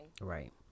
Right